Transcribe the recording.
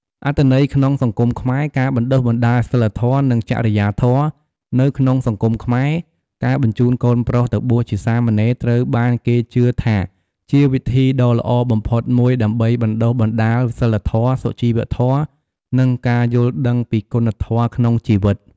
អត្ថន័យក្នុងសង្គមខ្មែរ ការបណ្ដុះបណ្ដាលសីលធម៌ និងចរិយាធម៌ នៅក្នុងសង្គមខ្មែរ ការបញ្ជូនកូនប្រុសទៅបួសជាសាមណេរត្រូវបានគេជឿថាជាវិធីដ៏ល្អបំផុតមួយដើម្បីបណ្ដុះបណ្ដាលសីលធម៌ សុជីវធម៌ និងការយល់ដឹងពីគុណធម៌ក្នុងជីវិត។